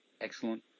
Excellent